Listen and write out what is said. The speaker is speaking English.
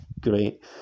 great